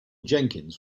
jenkins